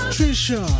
Trisha